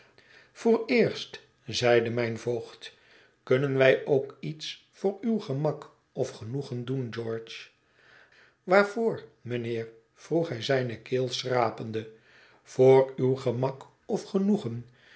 vooreerst zeide mijn voogd kunnen wij ook iets voor uw gemak of genoegen doen george waarvoor mijnheer vroeg hij zijne keel schrapende voor uw gemak of genoegen